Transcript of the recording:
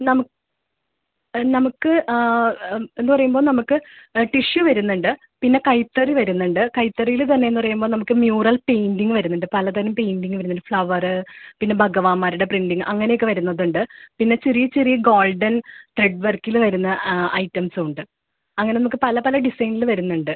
നമ നമുക്ക് ആ എന്ന് പറയുമ്പോൾ നമുക്ക് ടിഷ്യു വരുന്നുണ്ട് പിന്നെ കൈത്തറി വരുന്നുണ്ട് കൈത്തറിയിൽ തന്നെ പറയുമ്പോൾ നമുക്ക് മ്യൂറൽ പെയിൻ്റിംഗ് വരുന്നുണ്ട് പലതരം പെയിൻ്റിംഗ് വരുന്നുണ്ട് ഫ്ലവറ് പിന്നെ ഭഗവാമാരുടെ പ്രിൻ്റിംഗ് അങ്ങനെ ഒക്കെ വരുന്നത് ഉണ്ട് പിന്നെ ചെറിയ ചെറിയ ഗോൾഡൻ ത്രെഡ് വർക്കില് വെരുന്ന ഐറ്റംസുണ്ട് അങ്ങനെ നമുക്ക് പല പല ഡിസൈനില് വരുന്നുണ്ട്